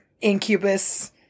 incubus